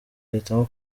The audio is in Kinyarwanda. ahitamo